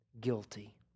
guilty